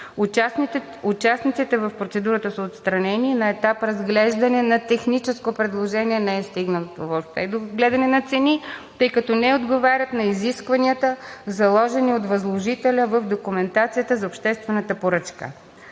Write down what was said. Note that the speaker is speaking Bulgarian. Участниците в процедурата са отстранени на етап разглеждане на техническо предложение. Не е стигнато въобще до гледане на цени, тъй като не отговарят на изискванията, заложени от възложителя в документацията за обществената поръчка.